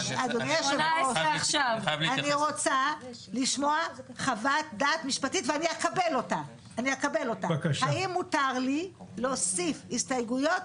6. כל פעם אני מתקדם בהצעות כדי להשיג משהו,